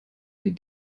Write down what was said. die